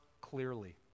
clearly